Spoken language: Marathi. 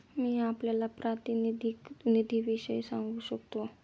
मी आपल्याला प्रातिनिधिक निधीविषयी सांगू शकतो